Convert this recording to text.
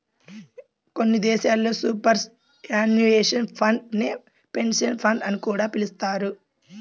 కొన్ని దేశాల్లో superannuation fund నే పెన్షన్ ఫండ్ అని కూడా పిలుస్తున్నారు